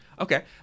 okay